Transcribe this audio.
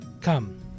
Come